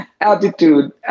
Attitude